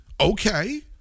Okay